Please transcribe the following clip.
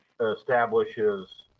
establishes